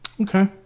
Okay